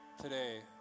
today